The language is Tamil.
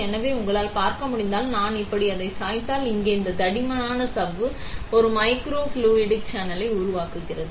எனவே உங்களால் பார்க்க முடிந்தால் நான் அதை இப்படி சாய்த்தால் இங்கே இந்த தடிமனான சவ்வு ஒரு மைக்ரோஃப்ளூய்டிக் சேனலை உருவாக்குகிறது